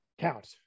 count